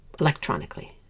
electronically